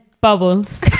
Bubbles